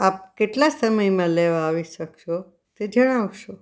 આપ કેટલા સમયમાં લેવા આવી શકશો તે જણાવશો